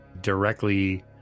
directly